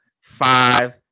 five